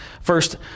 First